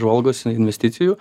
žvalgosi investicijų